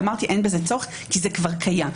אמרתי: אין בזה צורך כי זה כבר קיים.